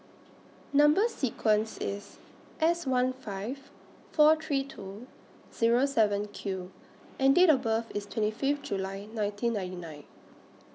Number sequence IS S one five four three two Zero seven Q and Date of birth IS twenty Fifth July nineteen ninety nine